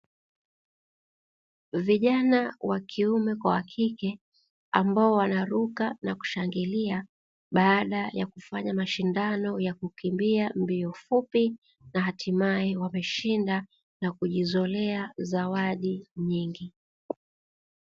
Vijana wa kiume kwa kike ambao wanaruka na kushangilia baada ya kufanya mashindano ya kukimbia mbio fupi, na hatimaye wameshinda na kujizolea zawadi nyingi.